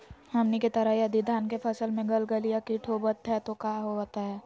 हमनी के तरह यदि धान के फसल में गलगलिया किट होबत है तो क्या होता ह?